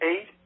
eight